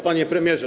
Panie Premierze!